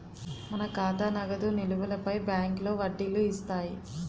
మన ఖాతా నగదు నిలువులపై బ్యాంకులో వడ్డీలు ఇస్తాయి